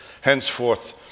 Henceforth